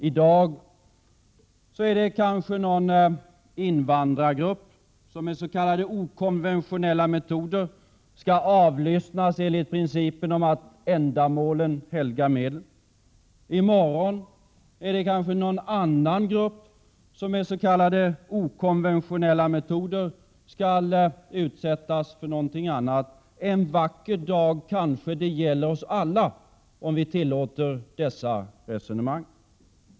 I dag är det kanske någon invandrargrupp som med s.k. okonventionella metoder skall avlyssnas enligt principen om att ändamålet helgar medlen. I morgon är det kanske en annan grupp som med s.k. okonventionella metoder skall utsättas för någonting annat. En vacker dag gäller det kanske oss alla, om den här sortens resonemang tillåts.